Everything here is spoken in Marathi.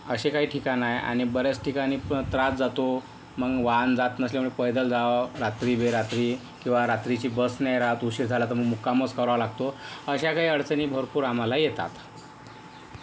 असे काही ठिकाणं आहे आणि बऱ्याच ठिकाणी त्रास जातो मग वाहन जात नसल्यामुळे पैदल जावं रात्रीबेरात्री किंवा रात्रीची बस नाही राहत उशीर झाला तर मग मुक्कामच करावा लागतो अशा काही अडचणी भरपूर आम्हाला येतात